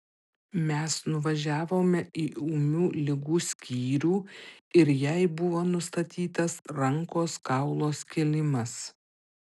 mes nuvažiavome į ūmių ligų skyrių ir jai buvo nustatytas rankos kaulo skilimas